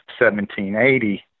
1780